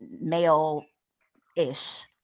male-ish